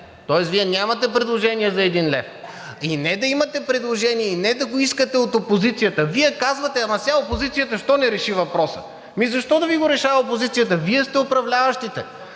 Тоест Вие нямате предложение за 1 лв. И не да имате предложение, и не да го искате от опозицията. Вие казвате: ама все опозицията що не реши въпроса? Ами защо да Ви го решава опозицията? Вие сте управляващите.